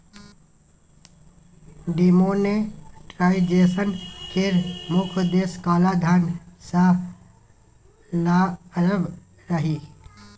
demonetisation केर मुख्य उद्देश्य काला धन सँ लड़ब रहय